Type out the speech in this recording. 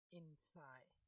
inside